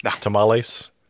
Tamales